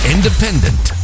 Independent